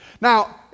Now